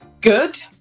Good